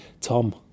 Tom